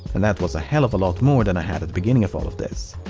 and that was a hell of a lot more than i had at the beginning of all of this.